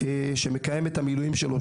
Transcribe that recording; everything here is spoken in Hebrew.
שם הוא מקיים את המילואים שלו,